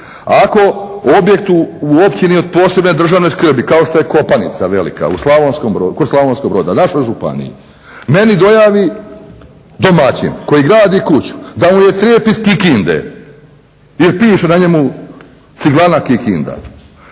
ako objekt u općini od posebne državne skrbi kao što je Kopanica Velika kod Slavonskog Broda u našoj županiji meni dojavi domaćin koji gradi kuću da mu je crijep iz Kikinde jer piše na njemu Ciglana Kikinda,